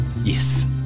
yes